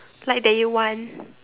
like that you want